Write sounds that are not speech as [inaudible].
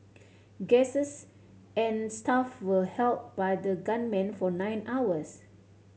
[noise] guesses and staff were held by the gunmen for nine hours